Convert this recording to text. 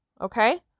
Okay